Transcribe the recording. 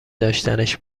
داشتنش